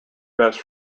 best